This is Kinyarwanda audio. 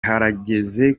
harageze